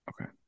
Okay